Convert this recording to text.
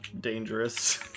dangerous